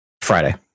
Friday